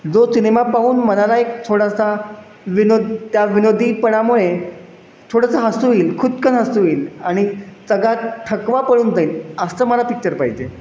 जो सिनेमा पाहून मनाला एक थोडासा विनोद त्या विनोदीपणामुळे थोडंसं हसू येईल खुदकन हसू येईल आणि सगळा थकवा पळून जाईल असं मला पिच्चर पाहिजे